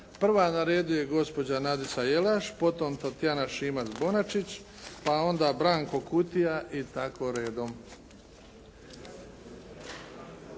Prava na redu je gospođa Nadica Jelaš, potom Tatjana Šimac-Bonačić pa onda Branko Kutija i tako redom.